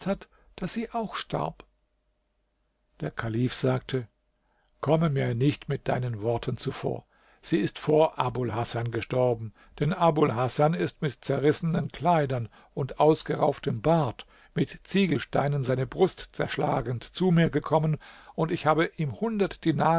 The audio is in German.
daß sie auch starb der kalif sagte komme mir nicht mit deinen worten zuvor sie ist vor abul hasan gestorben denn abul hasan ist mit zerrissenen kleidern und ausgerauftem bart mit ziegelsteinen seine brust zerschlagend zu mir gekommen und ich habe ihm hundert